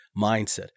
mindset